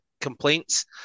complaints